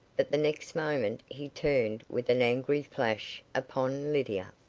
but the next moment he turned with an angry flash upon lydia.